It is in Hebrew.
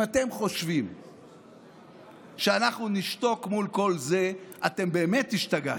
אם אתם חושבים שאנחנו נשתוק מול כל זה אתם באמת השתגעתם.